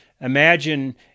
Imagine